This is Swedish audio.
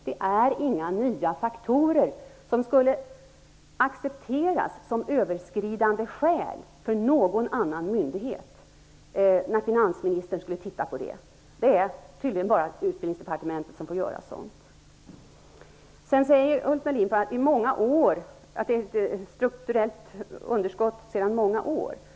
Det förelåg inga nya faktorer som skulle ha accepterats som överskridandeskäl för någon annan myndighet när finansministern skulle studera frågan. Det är tydligen bara Utbildningsdepartementet som får göra så här. Vidare säger Ulf Melin att det är fråga om ett strukturellt underskott sedan många år tillbaka.